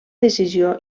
decisió